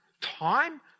time